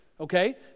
okay